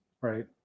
right